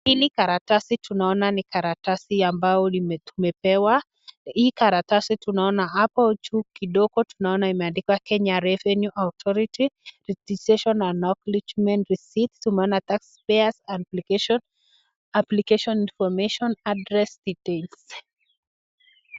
Hili karatasi tunaona ni karatasi ambalo tumepewa. Hii karatasi tunaona hapo juu kidogo tunaona imeandikwa Kenya Revenue Authority, registration acknowledgement receipt , tunaona taxpayers' application, application information, address details .